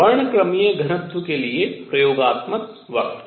वर्णक्रमीय घनत्व के लिए प्रयोगात्मक वक्र